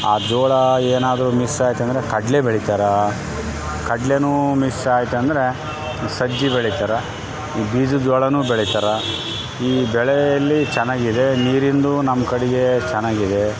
ಆ ಜೋಳ ಏನಾದರು ಮಿಸ್ ಐತಂದ್ರ ಕಡಲೆ ಬೆಳಿತಾರ ಕಡ್ಲೆ ಮಿಸ್ ಐತಂದರೆ ಸಜ್ಜಿ ಬೆಳಿತಾರ ಈ ಬೀಜದ್ ಜೋಳ ಬೆಳಿತಾರ ಈ ಬೆಳೆಯಲ್ಲಿ ಚೆನ್ನಾಗ್ ಇದೆ ನೀರಿಂದು ನಮ್ಮ ಕಡೆಗೆ ಚೆನ್ನಾಗಿದೆ